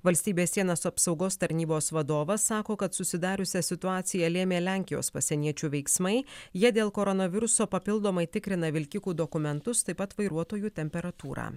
valstybės sienos apsaugos tarnybos vadovas sako kad susidariusią situaciją lėmė lenkijos pasieniečių veiksmai jie dėl koronaviruso papildomai tikrina vilkikų dokumentus taip pat vairuotojų temperatūrą